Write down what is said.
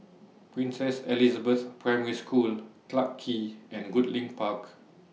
Princess Elizabeth Primary School Clarke Quay and Goodlink Park